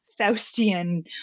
Faustian